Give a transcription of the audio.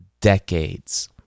decades